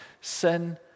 sin